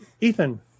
Ethan